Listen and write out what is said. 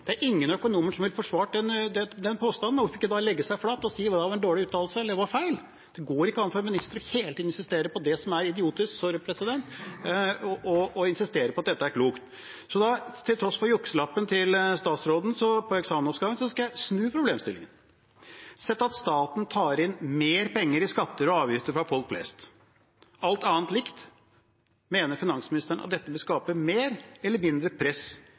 Det er ingen økonomer som ville forsvart den påstanden. Hvorfor ikke da legge seg flat og si at det var en dårlig uttalelse, eller det var feil? Det går ikke an for en minister hele tiden å insistere på det som er idiotisk, og insistere på at dette er klokt. Til tross for jukselappen til statsråden på eksamensoppgaven, skal jeg snu problemstillingen. Sett at staten tar inn mer penger i skatter og avgifter fra folk flest og alt annet er likt: Mener finansministeren at dette vil skape mer eller mindre press